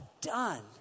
done